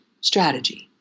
strategy